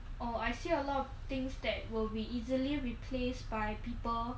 oh I see a lot of things that will be easily replaced by people